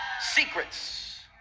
Secrets